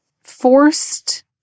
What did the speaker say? forced